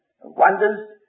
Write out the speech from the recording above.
wonders